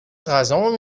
غذامو